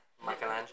Michelangelo